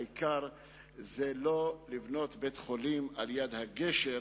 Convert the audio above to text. העיקר הוא לא לבנות בית-חולים על-יד הגשר,